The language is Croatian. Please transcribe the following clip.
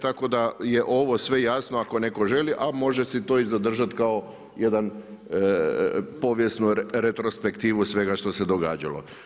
Tako da je ovo sve jasno ako netko želi a može si to i zadržati kao jedan povijesno retrospektivu svega što se događalo.